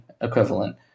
equivalent